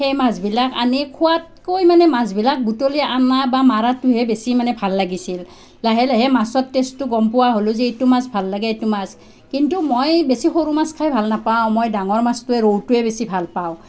সেই মাছবিলাক আনি খোৱাতকৈ মানে মাছবিলাক বুটলি অনা বা মৰাটোহে বেছি মানে ভাল লাগিছিল লাহে লাহে মাছৰ টেষ্টটো গম পোৱা হ'লোঁ যে এইটো মাছ ভাল লাগে সেইটো মাছ কিন্তু মই বেছি সৰু মাছ খাই ভাল নাপাওঁ মই ডাঙৰ মাছটোৱে ৰৌটোৱে বেছি ভাল পাওঁ